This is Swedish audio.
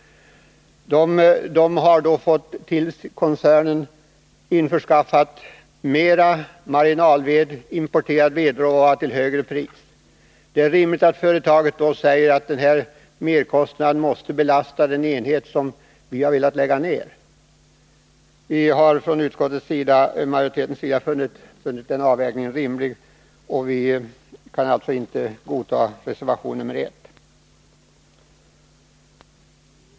Man har fått införskaffa mer marginalved, importera vedråvara, till högre pris. Därför anser vi att det är rimligt att företaget får belasta den enhet som man har velat lägga ned med denna merkostnad. Vi kan alltså inte godta reservation 1.